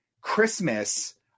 Christmas